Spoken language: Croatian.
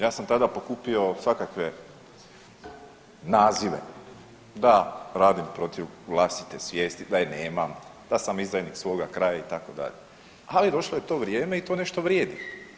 Ja sam tada pokupio svakakve nazive, da radim protiv vlastite svijesti, da je nemam, da sam izdajnik svoga kraja itd., ali došlo je to vrijeme i to nešto vrijedi.